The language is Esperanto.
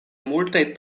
multaj